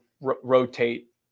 rotate